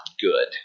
good